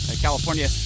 California